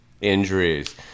injuries